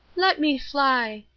let me fly,